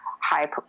high